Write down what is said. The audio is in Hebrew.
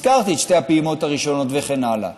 הזכרתי את שתי הפעימות הראשונות וכן הלאה.